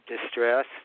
distress